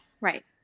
Right